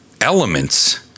elements